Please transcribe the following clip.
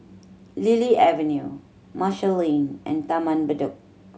Lily Avenue Marshall Lane and Taman Bedok